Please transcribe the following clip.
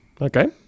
Okay